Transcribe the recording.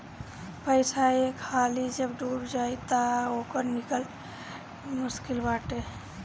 पईसा एक हाली जब डूब जाई तअ ओकर निकल मुश्लिक बाटे